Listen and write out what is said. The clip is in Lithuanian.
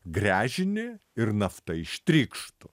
gręžinį ir nafta ištrykštų